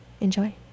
Enjoy